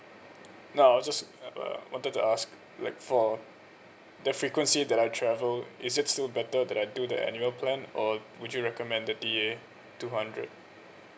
no I'll just uh wanted to ask like for the frequency that I travel is it still better that I do the annual plan or would you recommended the D_A two hundred